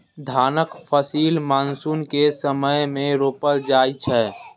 धानक फसिल मानसून के समय मे रोपल जाइ छै